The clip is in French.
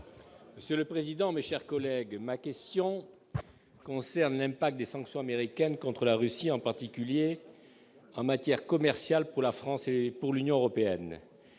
Monsieur le président, mes chers collègues, ma question concerne même pas que des sanctions américaines contre la Russie, en particulier en matière commerciale pour la France et pour l'Union européenne